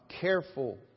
careful